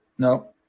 No